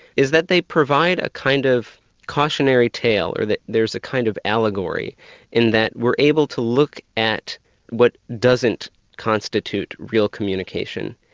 is that they provide a kind of cautionary tale that there's a kind of allegory in that we're able to look at what doesn't constitute real communication,